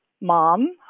mom